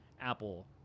Apple